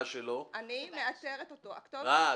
שלו --- אני מאתרת אותו --- אה.